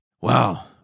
Wow